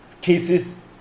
cases